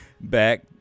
back